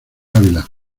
ávila